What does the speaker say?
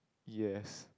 yes